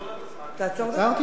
עצרתי, עצרתי את הזמן.